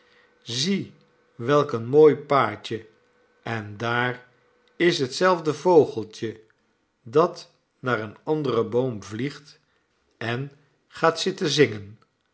zie welk een mooi paadje en daar is hetzelfde vogeltje dat naar een anderen boom vliegt en gaat zitten zingen